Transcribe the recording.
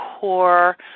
core